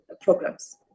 programs